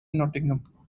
nottingham